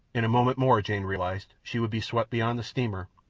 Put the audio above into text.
in a moment more, jane realized, she would be swept beyond the steamer,